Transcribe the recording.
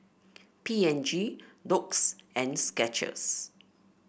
P and G Doux and Skechers